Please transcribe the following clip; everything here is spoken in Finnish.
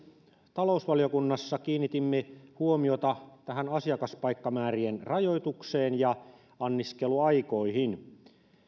talousvaliokunnassa kiinnitimme huomiota tähän asiakaspaikkamäärien rajoitukseen ja anniskeluaikoihin